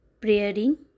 Praying